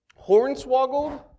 hornswoggled